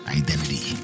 identity